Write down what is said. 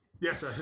Yes